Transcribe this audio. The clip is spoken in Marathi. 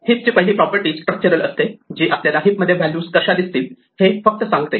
हिप ची पहिली प्रॉपर्टी स्ट्रक्चरल असते जी आपल्याला हिप मध्ये व्हॅल्यूज कशा दिसतील हे फक्त सांगते